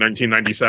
1997